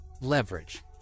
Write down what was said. leverage